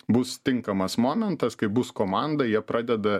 bus tinkamas momentas kai bus komanda jie pradeda